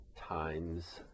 times